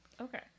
Okay